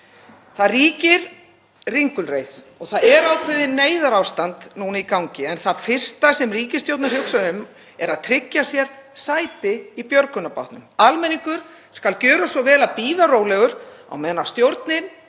Það ríkir ringulreið og það er ákveðið neyðarástand núna í gangi. En það fyrsta sem ríkisstjórnin hugsar um er að tryggja sér sæti í björgunarbátnum. Almenningur skal gjöra svo vel að bíða rólegur á meðan stjórnin